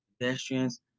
Pedestrians